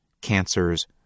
cancers